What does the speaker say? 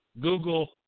Google